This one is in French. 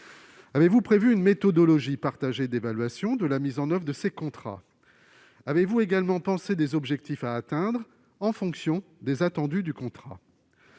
avez-vous prévu une méthodologie partagée d'évaluation de la mise en oeuvre de ces contrats ? Avez-vous également pensé à des objectifs à atteindre en fonction des attendus du contrat ?